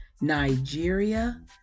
Nigeria